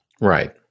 Right